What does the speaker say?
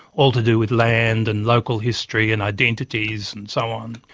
all to do with land and local history and identities and so on.